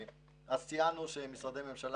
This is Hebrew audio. בסיכום כתבנו: משרדי הממשלה,